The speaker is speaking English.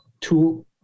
two